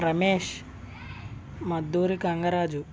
Ramesh Madduri Gangaraju